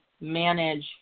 manage